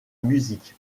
musique